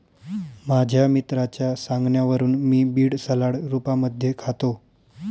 माझ्या मित्राच्या सांगण्यावरून मी बीड सलाड रूपामध्ये खातो